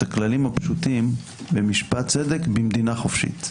הכללים הפשוטים במשפט צדק במדינה חופשית.